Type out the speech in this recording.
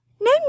No